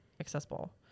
accessible